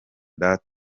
that